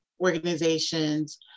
organizations